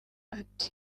ati